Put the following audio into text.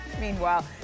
Meanwhile